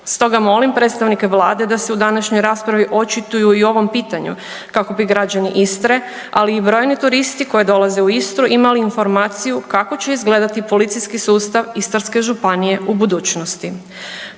Stoga molim predstavnike Vlade da se u današnjoj raspravi očituju i o ovom pitanju kako bi građani Istre, ali i brojni turisti koji dolaze u Istru imali informaciju kako će izgledati policijski sustav Istarske županije u budućnosti.